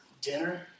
dinner